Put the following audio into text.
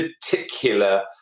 particular